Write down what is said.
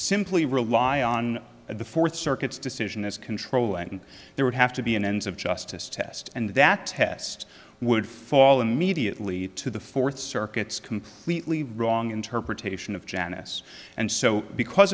simply rely on the fourth circuit's decision as control and there would have to be an ends of justice test and that test would fall immediately to the fourth circuit's completely wrong interpretation of janice and so because